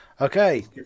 Okay